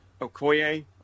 Okoye